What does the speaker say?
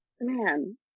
man